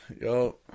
yo